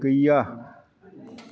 गैया